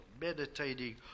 meditating